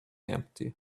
empty